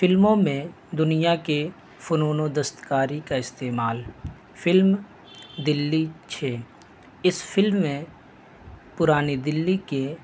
فلموں میں دنیا کے فنون و دستکاری کا استعمال فلم دلی چھ اس فلم میں پرانی دہلی کے